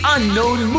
Unknown